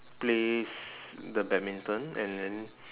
plays the badminton and then